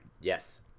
Yes